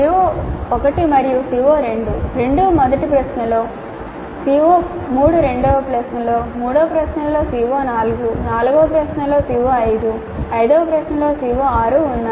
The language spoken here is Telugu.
CO1 మరియు CO2 రెండూ మొదటి ప్రశ్నలో CO3 రెండవ ప్రశ్నలో మూడవ ప్రశ్నలో CO4 నాల్గవ ప్రశ్నలో CO5 ఐదవ ప్రశ్నలో CO6 ఉన్నాయి